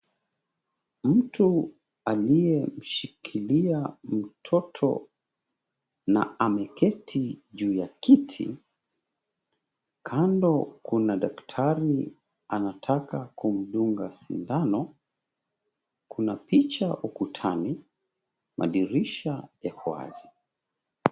Mtu aliyemshikilia mtoto na ameketi juu ya kiti. Kando kuna daktari anataka kumdunga sindano. Kuna picha ukutani, madirisha yako wazi.